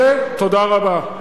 תודה רבה.